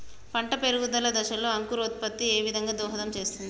పంట పెరుగుదల దశలో అంకురోత్ఫత్తి ఏ విధంగా దోహదం చేస్తుంది?